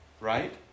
Right